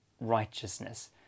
righteousness